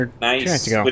Nice